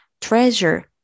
treasure